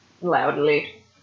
Loudly